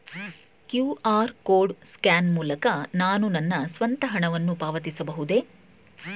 QR code scan ಮೂಲಕ ನಾನು ನನ್ನ ಸ್ವಂತ ಹಣವನ್ನು ಪಾವತಿಸಬಹುದೇ?